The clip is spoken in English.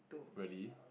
really